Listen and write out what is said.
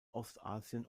ostasien